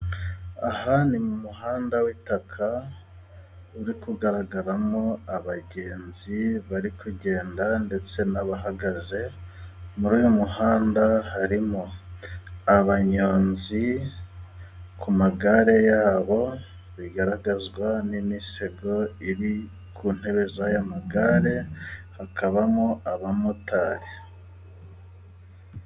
Aha ni mu muhanda w'itaka ,uri kugaragaramo abagenzi bari kugenda ndetse n'abahagaze muri uyu muhanda harimo ,abanyonzi ku magare yabo bigaragazwa n'imisego iri ku ntebe z'aya magare, hakabamo abamotari.